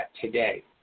today